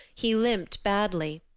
he limped badly.